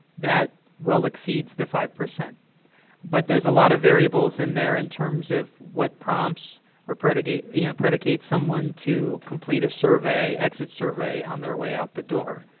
that well exceeds the five. but there's a lot of variables in there, in terms of what prompts or predicates you know predicates someone to complete a survey, exit survey, on their way out the door.